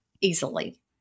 easily